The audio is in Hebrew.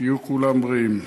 שיהיו כולם בריאים.